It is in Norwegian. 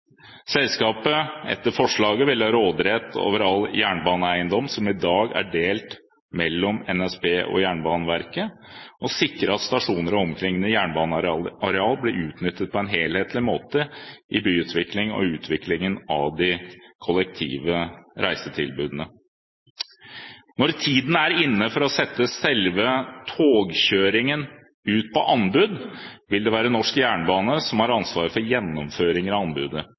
Selskapet vil, etter forslaget, ha råderett over alle jernbaneeiendommer som i dag er delt mellom NSB og Jernbaneverket, og sikre at stasjoner og omkringliggende jernbanearealer blir utnyttet på en helhetlig måte – i byutvikling og i utviklingen av de kollektive reisetilbudene. Når tiden er inne for å sette selve togkjøringen ut på anbud, vil det være Norsk Jernbane AS som har ansvaret for gjennomføringen av anbudet.